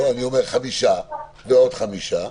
חמישה ועוד חמישה,